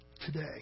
today